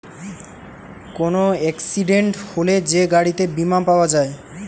কোন এক্সিডেন্ট হলে যে গাড়িতে বীমা পাওয়া যায়